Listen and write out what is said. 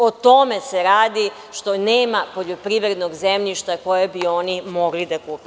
O tome se radi što nema poljoprivrednog zemljišta koje bi oni mogli da kupe.